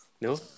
no